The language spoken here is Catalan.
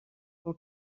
pel